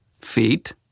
Feet